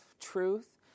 truth